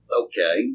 Okay